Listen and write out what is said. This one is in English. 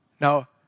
Now